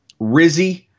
Rizzy